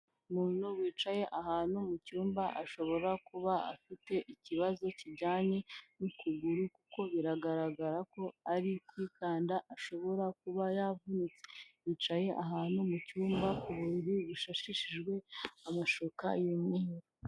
Umuntu wicaye ahantu mucyumba, ashobora kuba afite ikibazo kijyanye n'ukuguru kuko biragaragara ko ari kwikanda ashobora kuba yavunitse, yicaye ahantu mu cyumba ku buriri bushashishijwe amashuka y'umweru.